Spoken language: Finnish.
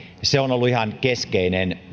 se on ollut ihan keskeinen